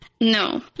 No